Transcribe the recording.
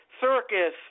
Circus